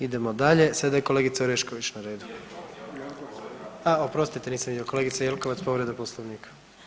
Idemo dalje, sada je kolegica Orešković na redu, a oprostite nisam vidio kolegica Jelkovac povreda Poslovnika.